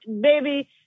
baby